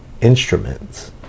instruments